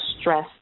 stress